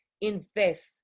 invest